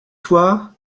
toi